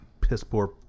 piss-poor